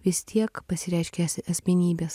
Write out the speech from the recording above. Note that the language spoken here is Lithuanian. vis tiek pasireiškia asmenybės